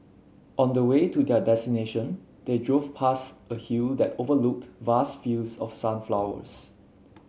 on the way to their destination they drove past a hill that overlooked vast fields of sunflowers